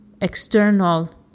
external